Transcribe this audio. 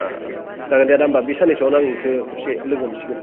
ओह ओह जागोन दे आदा होमबा बि साननैसोआवनो आं नोंखो खेबसे लोगो हमसिगोन